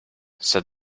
said